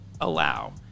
allow